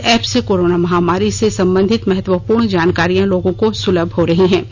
इस एप से कोरोना महामारी से संबंधित महत्वपूर्ण जानकारियां लोगों को सुलभ हो रही है